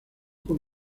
con